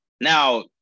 now